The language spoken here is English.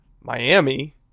Miami